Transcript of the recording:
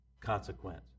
consequence